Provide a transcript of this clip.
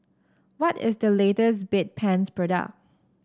what is the latest Bedpans product